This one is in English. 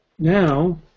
Now